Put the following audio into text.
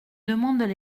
demandent